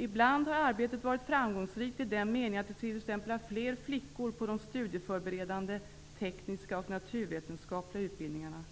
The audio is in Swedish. Ibland har arbetet varit framgångsrikt i den meningen att det t.ex. nu är fler flickor på de studieförberedande tekniska och naturvetenskapliga utbildningarna.